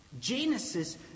Genesis